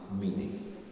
meaning